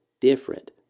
different